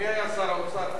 מי היה שר האוצר אז?